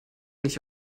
nicht